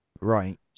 Right